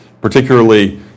particularly